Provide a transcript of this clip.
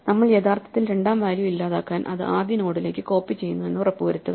നമ്മൾ യഥാർത്ഥത്തിൽ രണ്ടാം വാല്യൂ ഇല്ലാതാക്കാൻ അത് ആദ്യ നോഡിലേക്കു കോപ്പി ചെയ്യുന്നു എന്ന് ഉറപ്പുവരുത്തുക